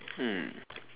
hmm